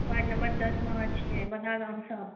ward number दशमे अहाँ छियै बलहा गामसॅं